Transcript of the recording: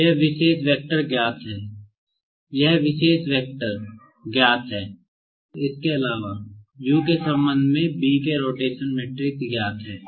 तो यह विशेष वेक्टर ज्ञात है यह विशेष स्थिति वेक्टर ज्ञात है इसके अलावा U के संबंध में B के रोटेशन है